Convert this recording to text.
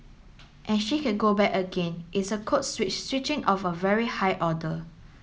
and she could go back again it's code switch switching of a very high order